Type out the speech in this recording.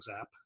app